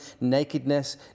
nakedness